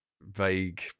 vague